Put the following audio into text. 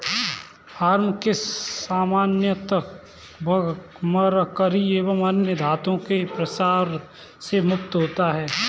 farm fish सामान्यतः mercury एवं अन्य धातुओं के प्रभाव से मुक्त होता है